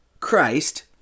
Christ